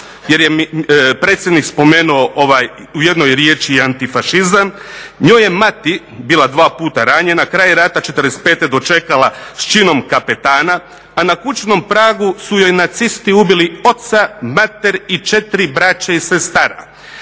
jer je predsjednik spomenuo u jednoj riječi antifašizam. Njoj je mati bila dva puta ranjena, kraj je rata '45. dočekala s činom kapetana, a na kućnom pragu su joj nacisti ubili oca, mater i 4 braće i sestara.